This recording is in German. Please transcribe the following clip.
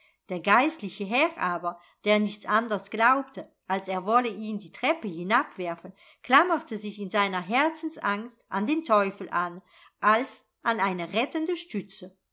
der geistliche herr aber der nicht anders glaubte als er wolle ihn die treppe hinabwerfen klammerte sich in seiner herzensangst an den teufel an als an eine rettende stütze